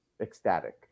ecstatic